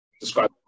describe